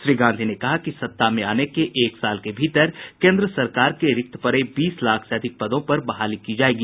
श्री गांधी ने कहा कि सत्ता में आने के एक साल के भीतर केन्द्र सरकार के रिक्त पड़े बीस लाख से अधिक पदों पर बहाली की जायेगी